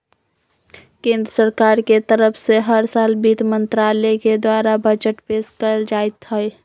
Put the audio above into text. केन्द्र सरकार के तरफ से हर साल वित्त मन्त्रालय के द्वारा बजट पेश कइल जाईत हई